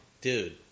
Dude